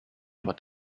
for